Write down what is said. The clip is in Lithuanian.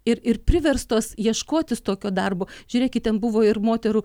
ir ir priverstos ieškotis tokio darbo žiūrėkit ten buvo ir moterų